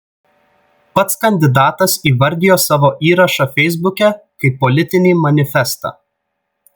pats kandidatas įvardijo savo įrašą feisbuke kaip politinį manifestą